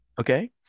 okay